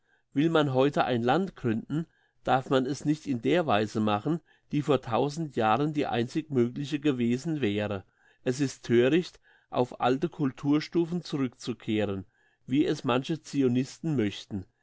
will man heute ein land gründen darf man es nicht in der weise machen die vor tausend jahren die einzig mögliche gewesen wäre es ist thöricht auf alte culturstufen zurückzukehren wie es manche zionisten möchten